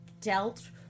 dealt